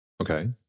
Okay